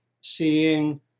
seeing